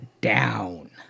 down